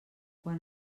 quan